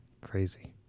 crazy